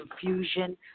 confusion